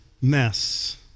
mess